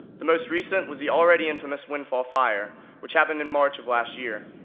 the most recent was the already infamous windfall fire, which happened in march of last year.